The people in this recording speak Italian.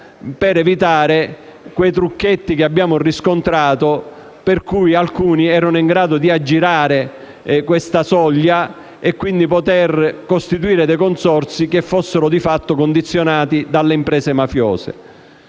per evitare quei trucchetti che abbiamo riscontrato, in base ai quali alcuni erano in grado di aggirare la soglia e quindi di poter costituire consorzi che fossero di fatto condizionati dalle imprese mafiose.